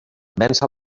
vèncer